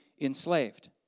enslaved